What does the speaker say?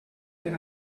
per